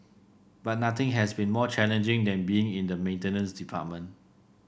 but nothing has been more challenging than being in the maintenance department